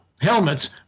helmets